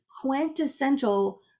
quintessential